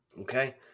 Okay